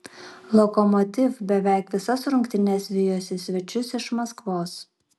lokomotiv beveik visas rungtynes vijosi svečius iš maskvos